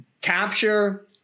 capture